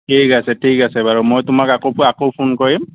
ঠিক আছে ঠিক আছে বাৰু মই তোমাক আকৌ আকৌ ফোন কৰিম